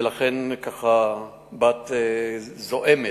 ולכן ככה באת זועמת.